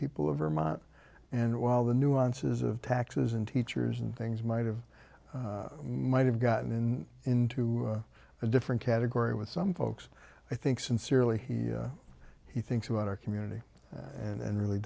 people of vermont and while the nuances of taxes and teachers and things might have might have gotten in into a different category with some folks i think sincerely he he thinks about our community and really